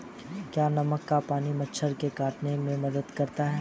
क्या नमक का पानी मच्छर के काटने में मदद करता है?